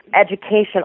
education